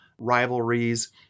rivalries